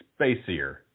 spacier